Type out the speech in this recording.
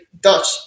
Dutch